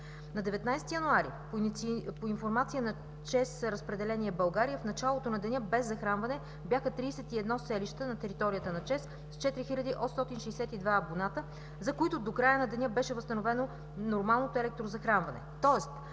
На 19 януари – по информация на „ЧЕЗ Разпределение България”, в началото на деня без захранване бяха 31 селища на територията на ЧЕЗ с 4862 абоната, за които до края на деня беше възстановено нормалното електрозахранване.